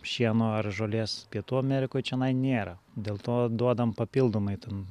šieno ar žolės pietų amerikoje čionai nėra dėl to duodame papildomai ten